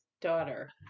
daughter